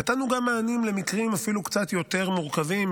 נתנו מענים גם למקרים אפילו קצת יותר מורכבים,